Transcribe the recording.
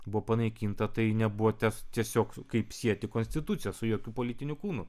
buvo panaikinta tai nebuvo tas tiesiog kaip sieti konstituciją su jokiu politiniu kūnu